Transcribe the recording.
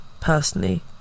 personally